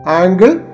angle